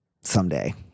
someday